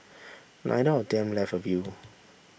neither of them left a will